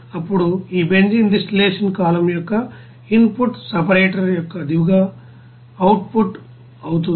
ఇప్పుడు ఈ benzene distillation column యొక్క ఇన్ పుట్ సపరేటర్ యొక్క దిగువ యొక్క అవుట్ పుట్ అవుతుంది